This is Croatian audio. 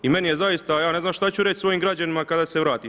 I meni je zaista, ja ne znam šta ću reći svojim građanima kada se vratim?